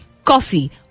Coffee